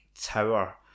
Tower